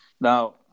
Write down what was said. now